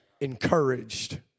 encouraged